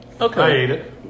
Okay